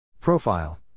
Profile